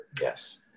Yes